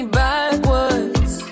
backwards